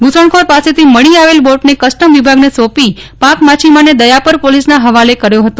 ધૂસણખોર પાસેથી મળી આવેલ બોટને કસ્ટમ વિભાગને સોપી પાક માછીમારને દથાપર પોલીસના હવાલે કર્યો હતો